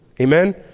amen